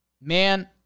Man